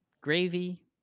gravy